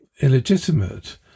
illegitimate